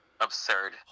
Absurd